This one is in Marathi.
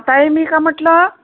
ताई मी का म्हटलं